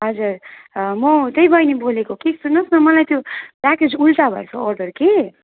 हजुर म त्यही बैनी बोलेको कि सुन्नुहोस् न मलाई त्यो प्याकेज उल्टा भएछ अर्डर कि